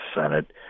Senate